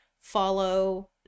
follow